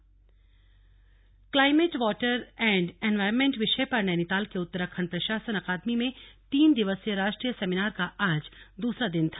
climate change climate water and environment विषय पर नैनीताल के उत्तराखंड प्रशासन अकादमी में तीन दिवसीय राष्ट्रीय सेमीनार का आज दूसरा दिन था